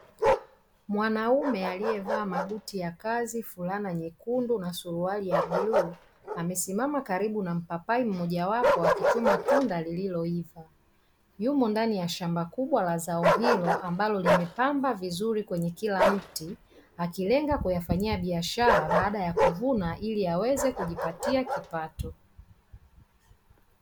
Mwanaume aliyevaa mabuti ya kazi, fulana nyekundu na suruali ya bluu, amesimama karibu na mpapai mmojawapo akichuma tunda lililoiva. Yumo ndani ya shamba kubwa la zao hilo ambalo limepamba vizuri kwenye kila mti, akilenga kuyafanyia biashara baada ya kuvuna ili aweze kujipatia kipato.